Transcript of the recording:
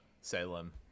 Salem